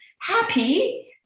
happy